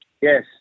yes